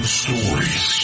stories